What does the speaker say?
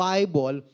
Bible